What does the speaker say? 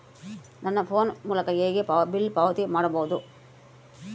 ನನ್ನ ಫೋನ್ ಮೂಲಕ ಹೇಗೆ ಬಿಲ್ ಪಾವತಿ ಮಾಡಬಹುದು?